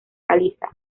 caliza